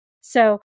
So-